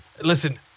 Listen